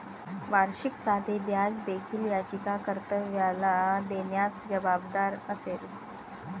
वार्षिक साधे व्याज देखील याचिका कर्त्याला देण्यास जबाबदार असेल